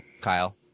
Kyle